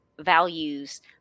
values